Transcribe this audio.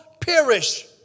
perish